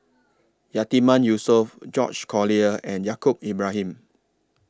Yatiman Yusof George Collyer and Yaacob Ibrahim